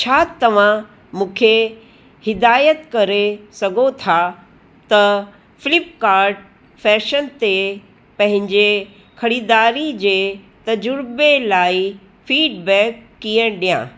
छा तव्हां मूंखे हिदायत करे सघो था त फ्लिप्काट फैशन ते पंहिंजे ख़रीदारी जे तज़ुर्बे लाइ फीडबैक कीअं ॾियां